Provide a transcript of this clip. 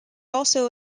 also